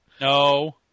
no